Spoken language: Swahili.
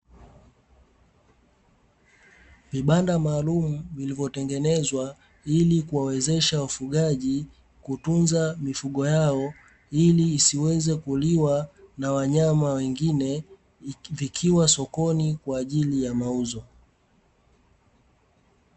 Vibanda maalumu vilivyotengenezwa ili kuwawezesha wafugaji kutunza mifugo yao, ili isiweze kuliwa na wanyama wengine, vikiwa sokoni kwa ajili ya mauzo.